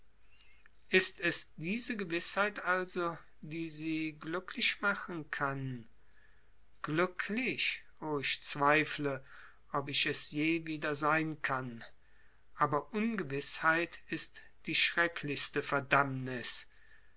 ist es diese gewißheit also die sie glücklich machen kann glücklich o ich zweifle ob ich es je wieder sein kann aber ungewißheit ist die schrecklichste verdammnis